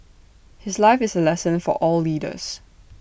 his life is A lesson for all leaders